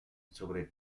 sobre